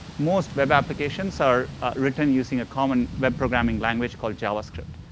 most web applications are written using a common web programming language called javascript.